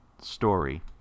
story